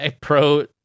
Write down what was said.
Pro